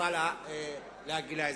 רוצה להגיע להסדר.